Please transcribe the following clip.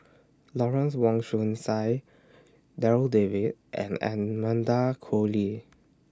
Lawrence Wong Shyun Tsai Darryl David and Amanda Koe Lee